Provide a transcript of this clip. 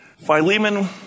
Philemon